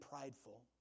prideful